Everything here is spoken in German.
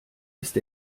ist